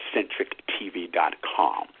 CentricTV.com